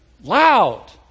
loud